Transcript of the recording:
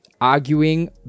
Arguing